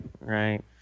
right